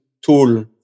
tool